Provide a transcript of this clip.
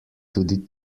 tudi